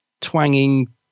twanging